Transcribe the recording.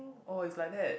oh it's like that